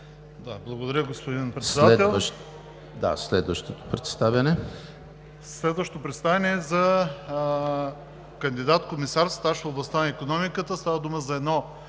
Благодаря Ви, господин Председател. Следващото представяне е за кандидат-комисар със стаж в областта на икономиката. Става дума за едно